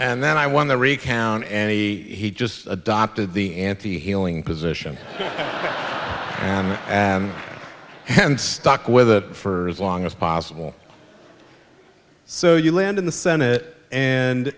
and then i won the recount and he he just adopted the anti heeling position and stuck with it for as long as possible so you land in the senate and